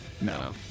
No